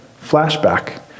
flashback